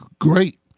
great